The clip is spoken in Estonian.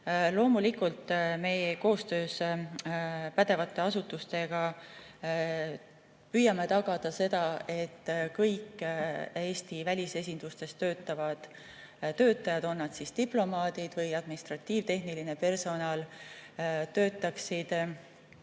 Loomulikult, koostöös pädevate asutustega me püüame tagada seda, et kõik Eesti välisesindustes töötavad töötajad, olgu diplomaadid või administratiivtehniline personal, oleksid